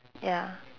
ya